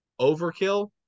overkill